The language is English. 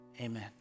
amen